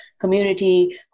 community